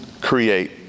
create